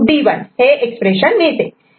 D1 हे expression पहा